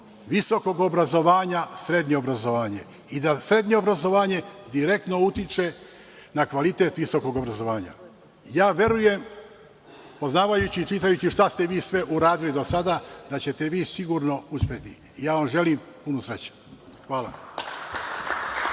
visokog obrazovanja srednje obrazovanje i da srednje obrazovanje direktno utiče na kvalitet visokog obrazovanja. Ja verujem, poznavajući i čitajući šta ste vi sve uradili do sada, da ćete vi sigurno uspeti. Ja vam želim puno sreće. Hvala.